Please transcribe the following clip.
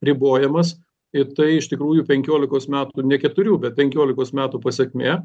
ribojamas ir tai iš tikrųjų penkiolikos metų ne keturių bet penkiolikos metų pasekmė